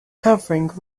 covering